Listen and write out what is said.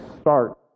start